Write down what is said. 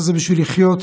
זה אנשים גדולים.